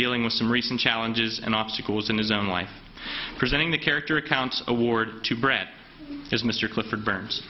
dealing with some recent challenges and obstacles in his own life presenting the character accounts award to brett as mr clifford burns